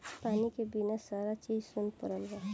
पानी के बिना सारा चीजे सुन परल बा